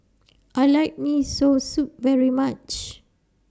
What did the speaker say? I like Miso Soup very much